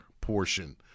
portion